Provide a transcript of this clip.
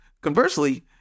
conversely